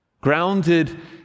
grounded